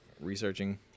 researching